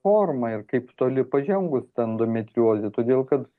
forma ir kaip toli pažengus ta endometriozės todėl kad